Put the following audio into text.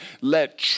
let